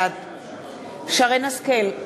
בעד שרן השכל,